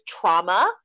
trauma